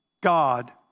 God